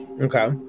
Okay